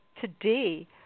today